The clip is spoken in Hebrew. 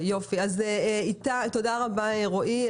תודה רבה, רועי.